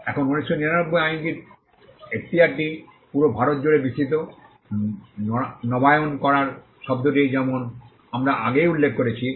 এখন 1999 আইনটির এখতিয়ারটি পুরো ভারত জুড়ে বিস্তৃত নবায়ন করার শব্দটি যেমন আমরা আগেই উল্লেখ করেছি